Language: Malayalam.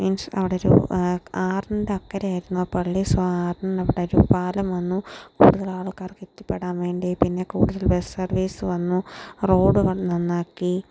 മീൻസ് അവിടെ ഒരു ആറിൻ്റെ അക്കരെ ആയിരുന്നു ആ പള്ളി സോ ആറിന് അവിടെ ഒരു പാലം വന്നു കൂടുതൽ ആൾക്കാർക്ക് എത്തിപ്പെടാൻ വേണ്ടി പിന്നെ കൂടുതൽ ബസ് സർവീസ് വന്നു അപ്പോൾ റോഡുകൾ നന്നാക്കി